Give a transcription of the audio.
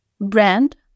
brand